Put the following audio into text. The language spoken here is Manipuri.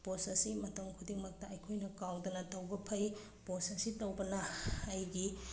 ꯄꯣꯁ ꯑꯁꯤ ꯃꯇꯝ ꯈꯨꯗꯤꯡꯃꯛꯇ ꯑꯩꯈꯣꯏꯅ ꯀꯥꯎꯗꯅ ꯇꯧꯕ ꯐꯩ ꯄꯣꯁ ꯑꯁꯤ ꯇꯧꯕꯅ ꯑꯩꯒꯤ